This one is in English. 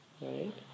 Right